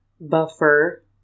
buffer